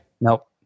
Nope